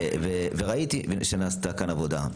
ראיתי שנעשתה כאן עבודה.